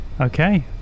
Okay